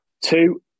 Two